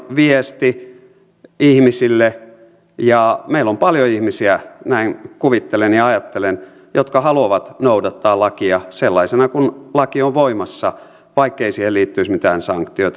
se on viesti ihmisille ja meillä on paljon ihmisiä näin kuvittelen ja ajattelen jotka haluavat noudattaa lakia sellaisena kuin laki on voimassa vaikkei siihen liittyisi mitään sanktiota